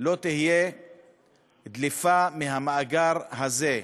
לא תהיה דליפה מהמאגר הזה.